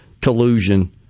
collusion